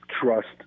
trust